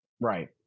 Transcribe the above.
right